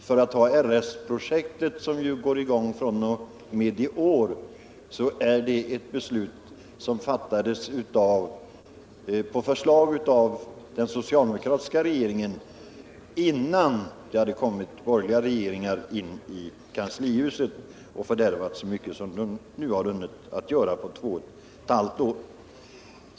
För att ta RS-projektet, som ju sätts i gång fr.o.m. i år, så är det ett beslut som fattades på förslag av den socialdemokratiska regeringen, innan det kom borgerliga regeringar till kanslihuset och fördärvade så mycket som de har hunnit göra på två och ett halvt år.